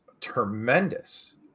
tremendous